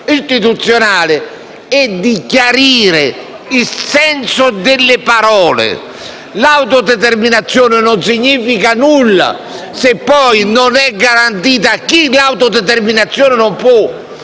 istituzionale e chiarendo il senso delle parole. L'autodeterminazione non significa nulla se poi non è garantita a chi non ha autodeterminazione perché